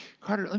carter, i mean